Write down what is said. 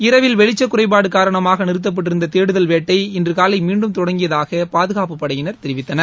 இரவில் வெளிச்சகுறைபாடுகாரணமாகநிறுத்தப்பட்டிருந்ததேடுதல்வேட்டை இன்றுகாலைமீண்டும் தொடங்கியதாகபாதுகாப்புப்படையினர் தெரிவித்தனர்